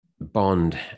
Bond